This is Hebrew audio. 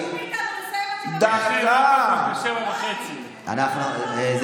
ביקשו מאיתנו לסיים עד 07:30. טלי.